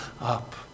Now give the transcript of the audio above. up